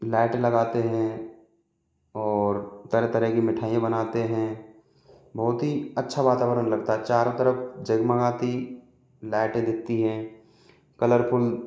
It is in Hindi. लाइट लगाते हैं और तरह तरह की मिठाइयाँ बनातें हैं बहुत ही अच्छा वातावरण लगता है चारों तरफ जगमगाती लाइटें दिखती हैं कलरफुल